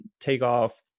takeoff